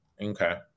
okay